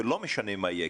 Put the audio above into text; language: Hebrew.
ולא משנה מה יהיה,